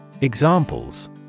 Examples